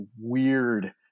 weird